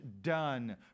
done